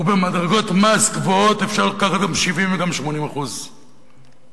ובמדרגות מס גבוהות אפשר לקחת גם 70% וגם 80% מסים,